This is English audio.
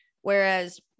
Whereas